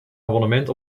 abonnement